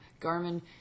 Garmin